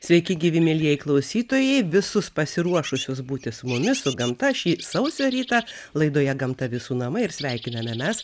sveiki gyvi mielieji klausytojai visus pasiruošusius būti su mumis su gamta šį sausio rytą laidoje gamta visų namai ir sveikiname mes